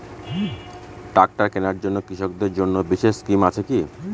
Tractor কেনার জন্য কৃষকদের জন্য বিশেষ স্কিম আছে কি?